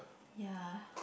ya